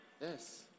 Yes